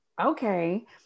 okay